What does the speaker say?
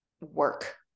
work